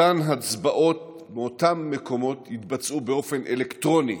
אותן הצבעות באותם מקומות יתבצעו באופן אלקטרוני,